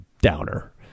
downer